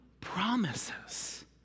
promises